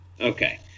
Okay